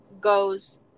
goes